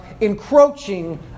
encroaching